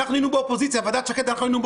היינו באופוזיציה בזמן ועדת שקד.